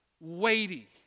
weighty